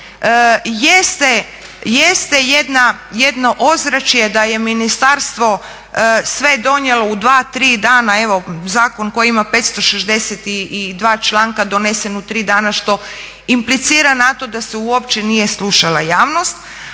Jeste jedno ozračje da je ministarstvo sve donijelo u 2, 3 dana evo zakon koji ima 562 članka donesen u 3 dana što implicira na to da se uopće nije slušala javnost.